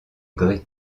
grès